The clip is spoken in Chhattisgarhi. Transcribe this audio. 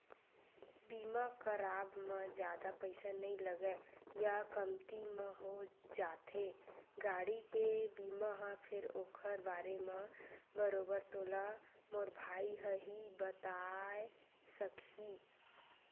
बीमा कराब म जादा पइसा नइ लगय या कमती म हो जाथे गाड़ी के बीमा ह फेर ओखर बारे म बरोबर तोला मोर भाई ह ही बताय सकही